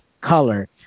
color